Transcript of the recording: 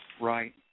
Right